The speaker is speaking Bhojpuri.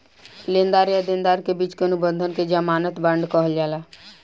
लेनदार आ देनदार के बिच के अनुबंध के ज़मानत बांड कहल जाला